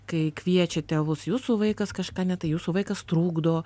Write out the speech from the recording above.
kai kviečia tėvus jūsų vaikas kažką ne tai jūsų vaikas trukdo